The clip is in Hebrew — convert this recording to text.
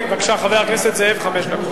בבקשה, חבר הכנסת זאב, חמש דקות.